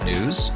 News